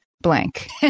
blank